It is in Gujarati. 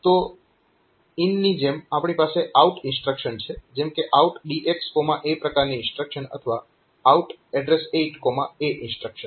તો IN ની જેમ આપણી પાસે OUT ઇન્સ્ટ્રક્શન છે જેમ કે OUT DXA પ્રકારની ઇન્સ્ટ્રક્શન અથવા OUT addr8A ઇન્સ્ટ્રક્શન